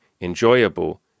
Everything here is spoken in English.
enjoyable